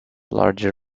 larger